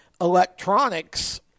electronics